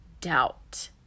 doubt